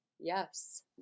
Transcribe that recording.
Yes